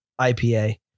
IPA